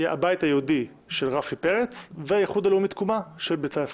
הבית היהודי של רפי פרץ והאיחוד הלאומי תקומה של בצלאל סמוטריץ'.